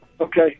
Okay